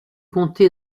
compté